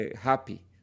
happy